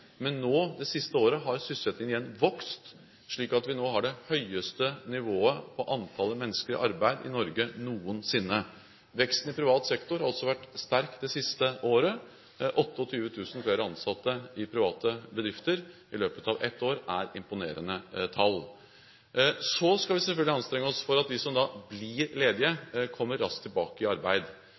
men nå – det siste året – har sysselsettingen igjen vokst, slik at vi nå har det høyeste nivået på antall mennesker i arbeid i Norge noensinne. Veksten i privat sektor har også vært sterk det siste året – 28 000 flere ansatte i private bedrifter i løpet av ett år er imponerende tall. Så skal vi selvfølgelig anstrenge oss for at de som blir ledige, kommer raskt tilbake i arbeid.